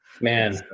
man